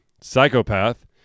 psychopath